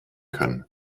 können